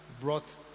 brought